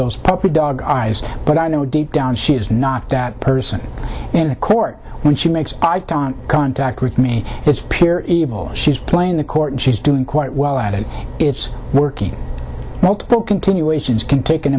those puppy dog eyes but i know deep down she is not that person in court when she makes eye contact with me it's pure evil she's playing the court and she's doing quite well at it it's working multiple continuations can take an